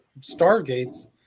stargates